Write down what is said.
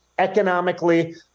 economically